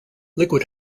liquid